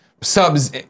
Subs